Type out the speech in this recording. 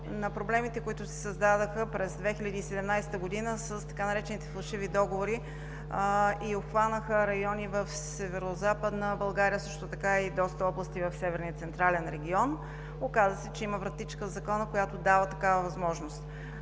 на проблемите, които се създадоха през 2017 г. с така наречените „фалшиви договори“ и обхванаха райони в Северозападна България, а също така и доста области в Северен и централен регион. Оказа се, че има вратичка в закона, която дава такава възможност.